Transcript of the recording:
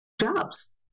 jobs